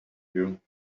you